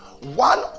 one